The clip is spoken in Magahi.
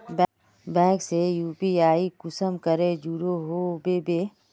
बैंक से यु.पी.आई कुंसम करे जुड़ो होबे बो?